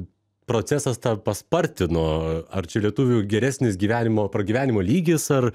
procesas tą paspartino ar čia lietuvių geresnis gyvenimo pragyvenimo lygis ar